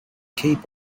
keep